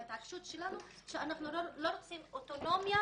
ההתעקשות שלנו שאנחנו לא רוצים אוטונומיה